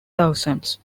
thousands